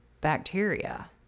bacteria